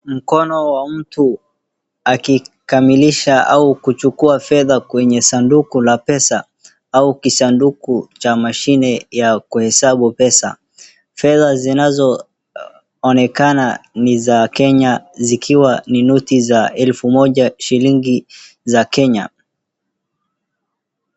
Mkono wa mtu akikamilisha au kuchukuwa fedha kwenye sanduku la pesa au kisanduku cha mashini ya kuhesabu pesa Fedha zinazoonekana ni za Kenya zikiwa ni noti za elfu moja shilingi za Kenya.